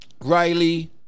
Riley